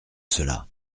cela